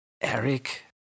Eric